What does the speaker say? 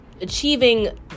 achieving